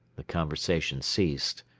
the conversation ceased.